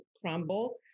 crumble